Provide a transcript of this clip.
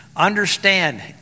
Understand